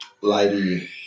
lady